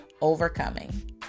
overcoming